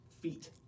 feet